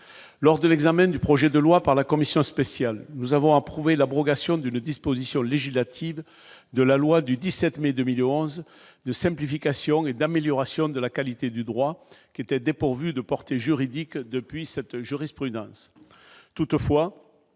lors de l'examen du projet de loi par la commission spéciale, nous avons approuvé l'abrogation d'une disposition législative de la loi du 17 mai 2011 de simplification et d'amélioration de la qualité du droit qui était dépourvu de portée juridique depuis cette jurisprudence